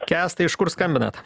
kęstai iš kur skambinat